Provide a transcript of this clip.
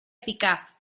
eficaz